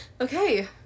Okay